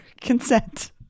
consent